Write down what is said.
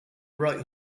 right